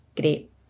great